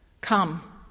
Come